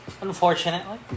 Unfortunately